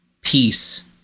peace